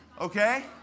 Okay